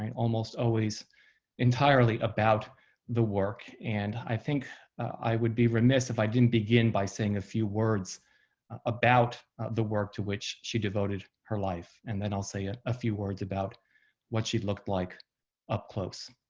and almost always entirely about the work. and i think i would be remiss if i didn't begin by saying a few words about the work to which she devoted her life. and then i'll say ah a few words about what she'd looked like up close.